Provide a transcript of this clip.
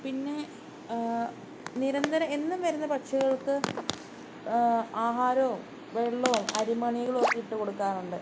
പിന്നെ നിരന്തരം എന്നും വരുന്ന പക്ഷികൾക്ക് ആഹാരവും വെള്ളവും അരിമണികളൊക്കെ ഇട്ടുകൊടുക്കാറുണ്ട്